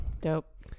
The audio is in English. dope